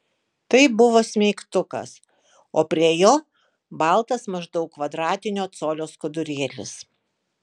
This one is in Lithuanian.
tai buvo smeigtukas o prie jo baltas maždaug kvadratinio colio skudurėlis